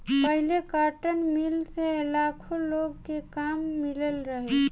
पहिले cotton mill से लाखो लोग के काम मिलल रहे